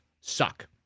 suck